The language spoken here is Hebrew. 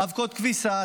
אבקות כביסה,